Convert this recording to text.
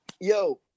Yo